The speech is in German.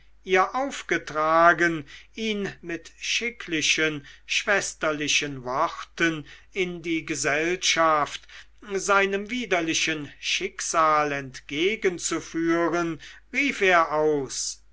ihr aufgetragen ihn mit schicklichen schwesterlichen worten in die gesellschaft seinem widerlichen schicksal entgegen zu führen rief er aus